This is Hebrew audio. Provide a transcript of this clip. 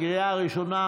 לקריאה ראשונה,